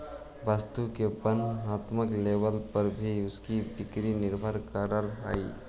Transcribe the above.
वस्तु की वर्णात्मक लेबल पर भी उसकी बिक्री निर्भर करअ हई